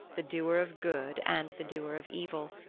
the doer of good and the doer of evil,